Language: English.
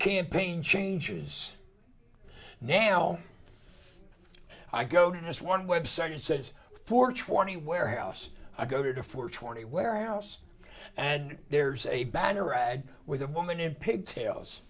campaign changes now i go to just one website and sit for twenty warehouse i go to four twenty warehouse and there's a banner ad with a woman in pigtails